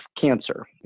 cancer